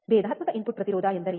ಭೇದಾತ್ಮಕ ಇನ್ಪುಟ್ ಪ್ರತಿರೋಧ ಎಂದರೇನು